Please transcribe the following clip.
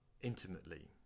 intimately